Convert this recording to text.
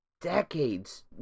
decades